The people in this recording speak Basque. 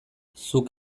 zuk